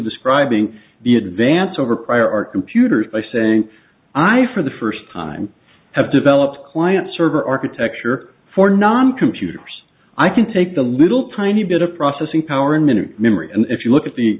describing the advance over prior art computers by saying i for the first time have developed client server architecture for non computers i can take the little tiny bit of processing power in minute memory and if you look at the